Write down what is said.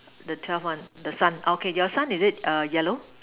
the twelve one the son okay your son is it uh yellow